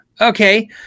okay